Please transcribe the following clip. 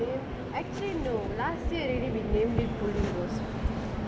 actually no last year already we named this pullingos